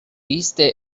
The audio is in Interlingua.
iste